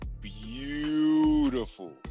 beautiful